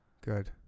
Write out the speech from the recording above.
Good